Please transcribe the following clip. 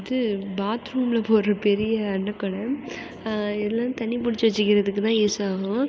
இது பாத்ரூமில் போடுற பெரிய அன்னக்கூடை இதலாம் தண்ணிபுடிச்சு வச்சுக்கிறதுக்கு தான் யூஸ் ஆகும்